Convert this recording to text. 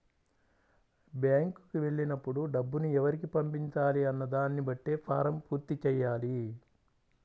బ్యేంకుకి వెళ్ళినప్పుడు డబ్బుని ఎవరికి పంపించాలి అన్న దానిని బట్టే ఫారమ్ పూర్తి చెయ్యాలి